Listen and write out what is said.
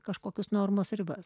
kažkokius normos ribas